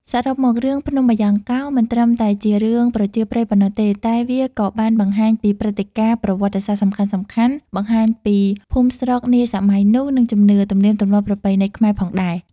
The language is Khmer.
សរុបមក រឿងភ្នំបាយ៉ង់កោមិនត្រឹមតែជារឿងប្រជាប្រិយប៉ុណ្ណោះទេ តែវាក៏បានបង្ហាញពីព្រឹត្តិការណ៍ប្រវត្តិសាស្ត្រសំខាន់ៗ បង្ហាញពីភូមិស្រុកនាសម័យនោះ និងជំនឿ ទំនៀមទម្លាប់ប្រពៃណីខ្មែរផងដែរ។